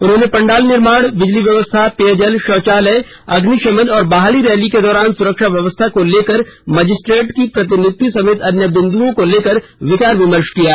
उन्होंने पंडाल निर्माण बिजली व्यवस्था पेयजल शौचालय अग्निशमन और बहाली रैली के दौरान सुरक्षा व्यवस्था को लेकर मजिस्ट्रेट की प्रतिनियुक्ति समेत अन्य बिन्दुओं को लेकर विचार विमर्श किया गया